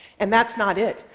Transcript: and that's not it.